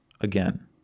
Again